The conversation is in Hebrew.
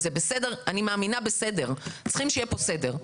אני מאמינה בסדר, צריכים שיהיה פה סדר.